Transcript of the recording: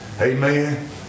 Amen